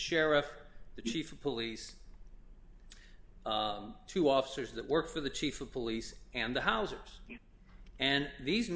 sheriff the chief of police two officers that work for the chief of police and the house and these